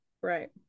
Right